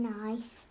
nice